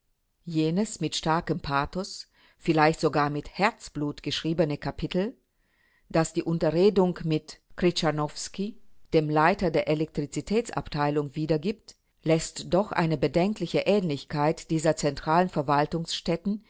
jenes mit starkem pathos vielleicht sogar mit herzblut geschriebene kapitel das die unterredung mit krzyizanowsky dem leiter der elektrizitätsabteilung wiedergibt läßt doch eine bedenkliche ähnlichkeit dieser zentralen verwaltungsstätten